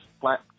flat